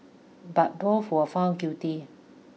but both were found guilty